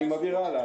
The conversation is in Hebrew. אני מעביר הלאה.